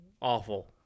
awful